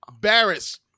Barris